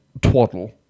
twaddle